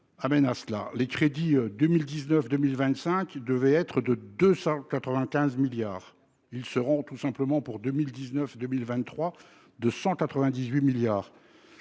Amène à cela les crédits 2019 2025 il devait être de 295 milliards. Ils seront tout simplement pour 2019 2023 de 198 milliards.